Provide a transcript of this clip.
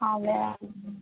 అదే